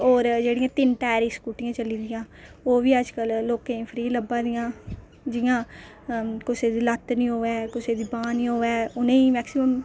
और जेहड़ियां तिन टायरी स्बीकूटियां चली दियां ओह्बी अजकल लोकें गी फ्री लब्भै दियां जि'यां कुसै दी लत्त नेईं होऐ कुसै दी बांह् नेईं होऐ उ'नेंगी मैक्सीमम